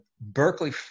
Berkeley